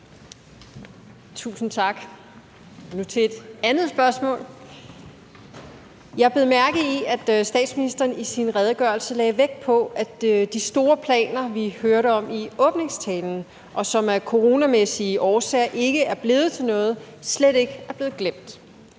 Tusind tak. Nu til et andet spørgsmål. Jeg bed mærke i, at statsministeren i sin redegørelse lagde vægt på, at de store planer, vi hørte om i åbningstalen, og som af coronamæssige årsager ikke er blevet til noget, slet ikke er blevet glemt.